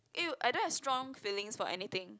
!ew! I don't have strong feelings for anything